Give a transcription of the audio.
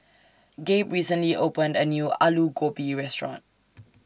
Gabe recently opened A New Alu Gobi Restaurant